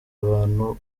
abantu